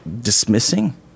dismissing